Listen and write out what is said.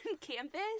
campus